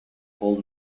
full